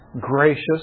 gracious